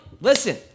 listen